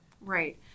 Right